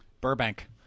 Burbank